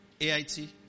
AIT